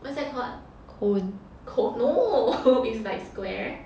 that's like called co~ no it's like square